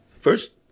First